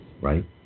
right